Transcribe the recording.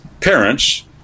parents